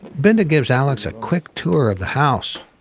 binda gives alex a quick tour of the house.